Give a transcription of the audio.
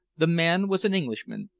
the man was an englishman,